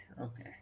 Okay